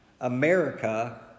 America